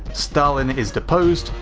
stalin is deposed,